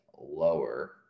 lower